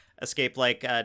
Escape-like